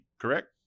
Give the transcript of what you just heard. correct